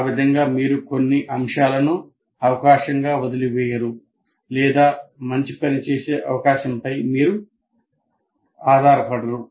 ఆ విధంగా మీరు కొన్ని అంశాలను అవకాశంగా వదిలివేయరు లేదా మంచి పని చేసే అవకాశంపై మీరు ఆధారపడరు